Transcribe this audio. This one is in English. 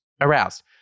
aroused